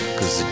Cause